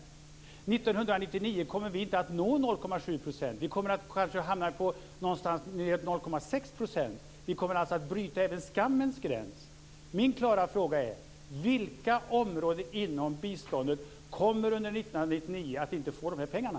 1999 kommer vi inte att nå 0,7 %. Vi kommer kanske att hamna på 0,6 %. Vi kommer alltså att bryta även skammens gräns. Min fråga är: Vilka områden inom biståndet kommer under 1999 inte att få de här pengarna?